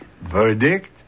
Verdict